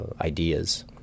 ideas